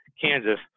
Kansas